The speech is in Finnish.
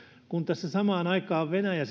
kun tässä samaan aikaan venäjä